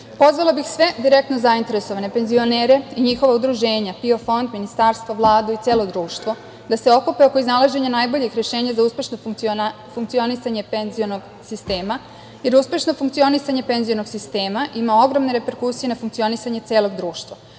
kulturu. Pozvala bih sve direktne zainteresovane penzionere i njihova udruženja, PIO fond, ministarstva, Vladu i celo društvo da se okupe oko iznalaženja najboljih rešenja za uspešno funkcionisanje penzionog sistema, jer uspešno funkcionisanje penzionog sistema ima ogromne reperkusije na funkcionisanje celog društva.U